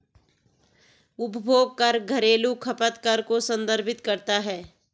उपभोग कर घरेलू खपत कर को संदर्भित करता है